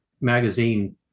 magazine